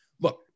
Look